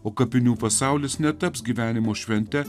o kapinių pasaulis netaps gyvenimo švente